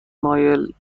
مایلید